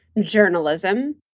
journalism